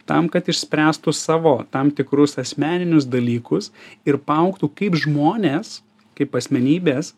tam kad išspręstų savo tam tikrus asmeninius dalykus ir paaugtų kaip žmonės kaip asmenybės